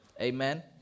Amen